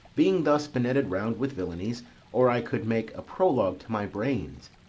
being thus benetted round with villanies or i could make a prologue to my brains,